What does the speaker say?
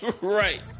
right